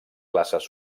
classes